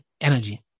energy